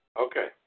Okay